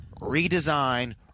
redesign